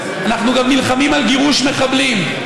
אנחנו גם נלחמים על גירוש מחבלים,